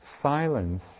Silence